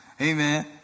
Amen